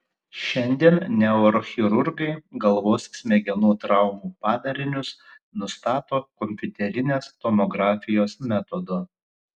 šiandien neurochirurgai galvos smegenų traumų padarinius nustato kompiuterinės tomografijos metodu